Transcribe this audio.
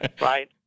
right